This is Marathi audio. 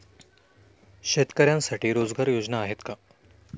शेतकऱ्यांसाठी रोजगार योजना आहेत का?